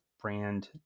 brand